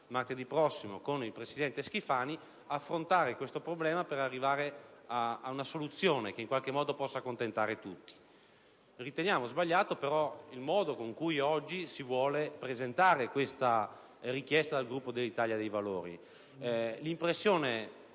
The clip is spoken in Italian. martedì prossimo con il presidente Schifani - affrontare questo problema per arrivare ad una soluzione che possa accontentare tutti. Riteniamo però sbagliato il modo con cui oggi si vuole presentare questa richiesta dal Gruppo dell'Italia dei Valori. L'impressione,